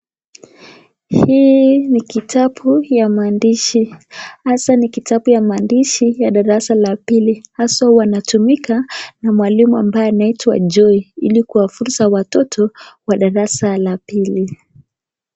Hii ni kitabu ya maandishi. Hasa ni kitabu ya maandishi ya darasa la pili haswa wanatumika na mwalimu ambaye anaitwa Joy ili kuwafunza watoto wa darasa la pili.